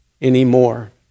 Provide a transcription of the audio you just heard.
anymore